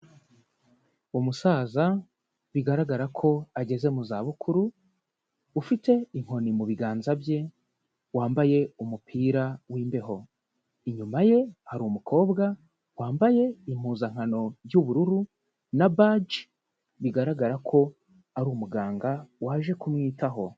Umusaza bigaragara ko ageze mu zabukuru, ufite inkoni mu biganza bye, wambaye umupira w'imbeho, inyuma ye hari umukobwa wambaye impuzankano y'ubururu na baji, bigaragara ko ari umuganga waje kumwitaho.